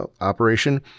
operation